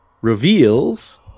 reveals